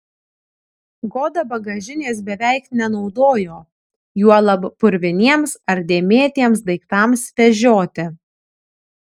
goda bagažinės beveik nenaudojo juolab purviniems ar dėmėtiems daiktams vežioti